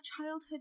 childhood